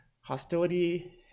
hostility